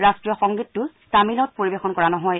ৰাষ্ট্ৰীয় সংগীতটো তামিলত পৰিবেশন কৰা নহয়